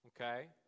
okay